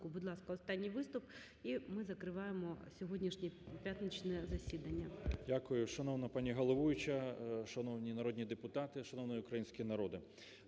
Будь ласка, останній виступ, і ми закриваємо сьогоднішнє п'ятничне засідання.